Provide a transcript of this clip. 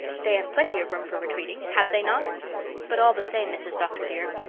they have plenty of room for retreating, have they not but all the same, mrs. dr. dear,